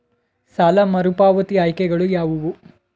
ಸಾಲ ಮರುಪಾವತಿ ಆಯ್ಕೆಗಳು ಯಾವುವು?